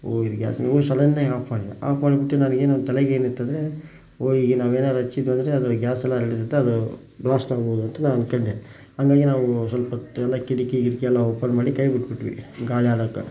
ಓಹ್ ಇದು ಗ್ಯಾಸ್ ಹೋಗಿ ಸಡನ್ನಾಗಿ ಆಫ್ ಮಾಡದೆ ಆಫ್ ಮಾಡಿಬಿಟ್ಟು ನಾನು ಏನು ತಲೆಗೇನಿತ್ತು ಅಂದರೆ ಓಹ್ ಈಗ ನಾವೇನಾದ್ರು ಹಚ್ಚಿದ್ವು ಅಂದರೆ ಅದು ಗ್ಯಾಸೆಲ್ಲ ಹರ್ಡಿರುತ್ತೆ ಅದು ಬ್ಲಾಸ್ಟಾಗಿ ಹೋಗ್ತಿತ್ತಲ್ಲ ಅಂದ್ಕೊಂಡೆ ಹಂಗಾಗಿ ನಾವು ಸ್ವಲ್ಪೊತ್ತು ಲೈಕ್ ಕಿಟಕಿ ಗಿಟ್ಕಿ ಎಲ್ಲ ಓಪನ್ ಮಾಡಿ ಕೈ ಬಿಟ್ಟು ಬಿಟ್ವಿ ಗಾಳಿ ಆಡೋಕೆ